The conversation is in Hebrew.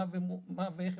מה ואיך.